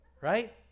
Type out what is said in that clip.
right